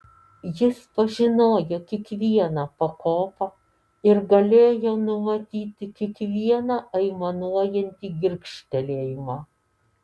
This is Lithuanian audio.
jis pažinojo kiekvieną pakopą ir galėjo numatyti kiekvieną aimanuojantį girgžtelėjimą